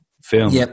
film